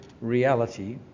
reality